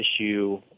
issue